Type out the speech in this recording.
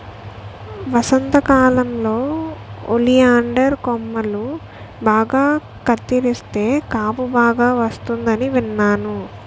వసంతకాలంలో ఒలియండర్ కొమ్మలు బాగా కత్తిరిస్తే కాపు బాగా వస్తుందని విన్నాను